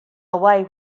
away